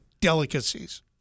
delicacies